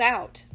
Out